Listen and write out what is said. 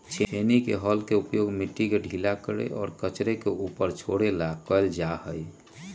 छेनी के हल के उपयोग मिट्टी के ढीला करे और कचरे के ऊपर छोड़े ला कइल जा हई